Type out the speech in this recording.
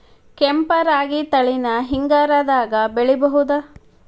ಕೆಂಪ ರಾಗಿ ತಳಿನ ಹಿಂಗಾರದಾಗ ಬೆಳಿಬಹುದ?